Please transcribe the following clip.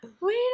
wait